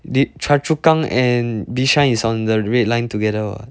你 choa chu kang and bishan is on the red line together [what]